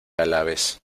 alabes